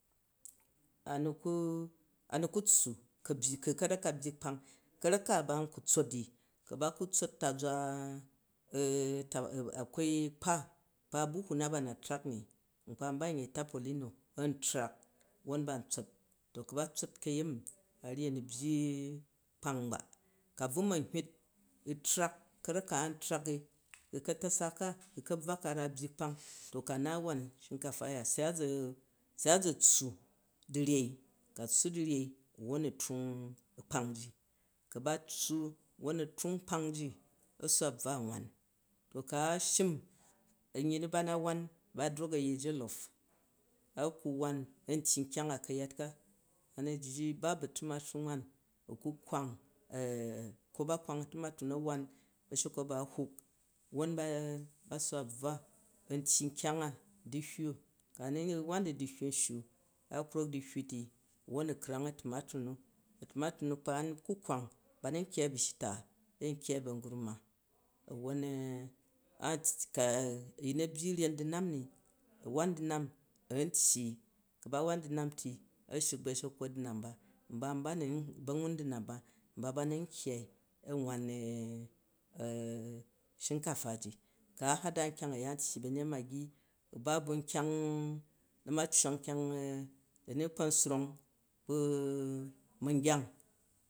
Anu ku, a̱ nuku tssu, ku a̱ byi, kụ karak ka tyyi kpang, ka̱ra̱k ku ban ku tsot ni, ku ba ku ba tsot taza e e tap a kwai kpa, kpa a̱buhou na ba trak ni, n kpa ba n yei tampuhin u and trak wwon ba n tsot, to ku̱ ba tsot kayemi, a ryyi a̱ ni byyi kpang ba. Kụ abvu ma̱n hyut u̱ trak, ka̱ra̱k ka an trak i ka̱ta̱sa, kụ ka̱bvwa ka a ra byyi kpant, to ku̱ a naat wanu shinkafa uya se a za̱tsswur dụ ryei, ka̱ tsswo dụ ryei, wwo u trumf kpang ji. Ku̱ ba tsswo wwon a̱ trunf kpang ji, wwon a̱ su̱ wa bvwa anwan. To ku̱ a shinu in baina wan, ba drok a yet jolop a̱ ku nwan an tyyi nkyang a ka̱yat ka, a̱ ni jji u̱ ba bu tumatur nwan, u̱ ku kwa n ee, ko ba kwan tumers nu a̱ wan, bashekwot ba a̱ huk a̱ wwon bae, a̱ su̱ wabvwa antyyi nkyang a, du̱hyyu, ku̱ a nu wan du du̱hyyu nsshu, a krok duhyyu ti wwon u̱ craf atumatur nu a tomatur u̱ fa, a̱ nu ku kwan ba ni nkyyai bu shi tea an kkyai bu a̱gurma, a̱ wwon ee ka, a̱yin nu, abyyi ryen dʉnan in a̱ wan du̱nam an tyyi. Ku̱ ba wan du̱man ti, a shrik ba̱shakuwat du̱nan ba, nba barri n kyyai ani an wan shingafa ji, ku̱ a hada nkyang uya, an tyyi ba yiyet maggi, u̱ ba bu, na̱ maccang nkyang da̱ ni du̱ kpon swrong bu ma̱ngyap.